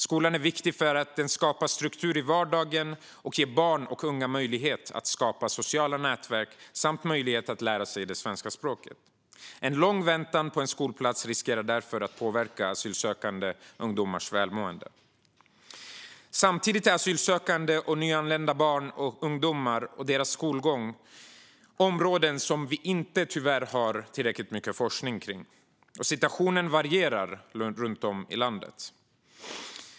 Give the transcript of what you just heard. Skolan är viktig därför att den skapar struktur i vardagen och ger barn och unga möjlighet att skapa sociala nätverk samt möjlighet att lära sig det svenska språket. En lång väntan på en skolplats riskerar därför att påverka asylsökande ungdomars välmående. Samtidigt är asylsökande och nyanlända barn och ungdomar och deras skolgång områden som vi tyvärr inte har tillräckligt mycket forskning kring, och situationen varierar runt om i landet.